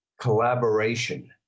collaboration